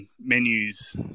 menus